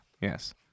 yes